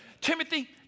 Timothy